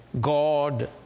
God